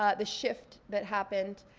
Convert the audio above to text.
ah the shift that happened.